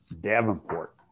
Davenport